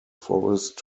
forest